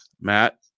Matt